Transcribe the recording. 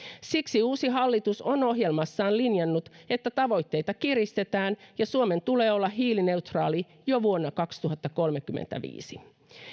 siksi uusi hallitus on ohjelmassaan linjannut että tavoitteita kiristetään ja suomen tulee olla hiilineutraali jo vuonna kaksituhattakolmekymmentäviisi